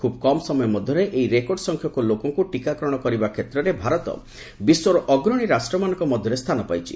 ଖୁବ୍ କମ୍ ସମୟ ମଧ୍ୟରେ ଏହି ରେକର୍ଡ ସଂଖ୍ୟକ ଲୋକଙ୍କୁ ଟିକାକରଣ କରିବା କ୍ଷେତ୍ରରେ ଭାରତ ବିଶ୍ୱର ଅଗ୍ରଣୀ ରାଷ୍ଟ୍ରମାନଙ୍କ ମଧ୍ୟରେ ସ୍ଥାନ ପାଇଛି